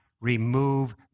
remove